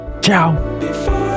Ciao